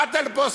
באת לפה,